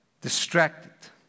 distracted